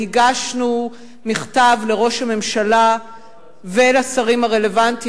הגשנו מכתב לראש הממשלה ולשרים הרלוונטיים,